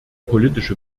politische